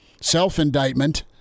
self-indictment